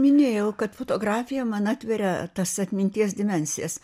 minėjau kad fotografija man atveria tas atminties dimensijas